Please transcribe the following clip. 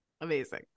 Amazing